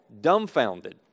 dumbfounded